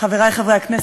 חברי חברי הכנסת,